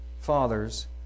Father's